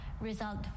result